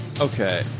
Okay